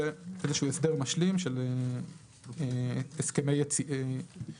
זה איזשהו הסדר משלים של הסכמי יציאה,